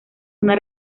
una